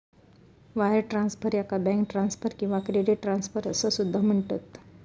wire transfer, याका bank transfer किंवा credit transfer असा सुद्धा म्हणतत